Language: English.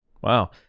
Wow